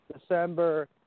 December